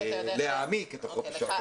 ולהעמיק את החופש האקדמי.